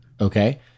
okay